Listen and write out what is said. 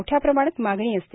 मोठ्या प्रमाणात मागणी असते